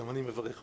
גם אני מברך אותך,